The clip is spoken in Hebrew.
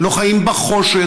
לא חיים בחושך,